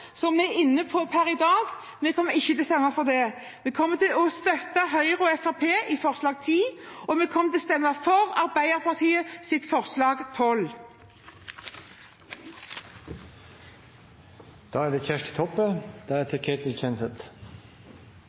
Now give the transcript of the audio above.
vi er inne på per i dag. Vi kommer ikke til å stemme for det. Vi kommer til å støtte Høyre og Fremskrittspartiet i forslag nr. 10, og vi kommer til å stemme for Arbeiderpartiets forslag nr. 12. Det er